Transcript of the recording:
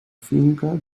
finca